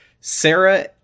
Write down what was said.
Sarah